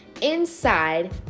inside